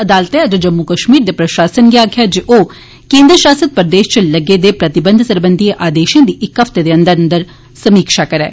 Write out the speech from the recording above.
अदालतै अज्ज जम्मू कश्मीर दे प्रशासन गी आक्खेआ जे ओ केन्द्र शासित प्रदेश च लग्गे दे प्रतिबंध सरबंधी आदेशें दी इक हफ्ते दे अंदर अंदर समीक्षा करै